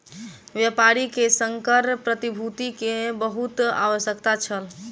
व्यापारी के संकर प्रतिभूति के बहुत आवश्यकता छल